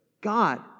God